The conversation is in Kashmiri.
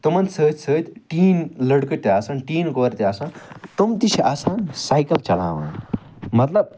تِمن سۭتۍ سۭتۍ ٹیٖن لٔڑکہٕ تہِ آسان ٹیٖن کورِ تہِ آسان تِم تہِ چھِ آسان سایکَل چَلاوان مَطلَب